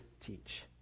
teach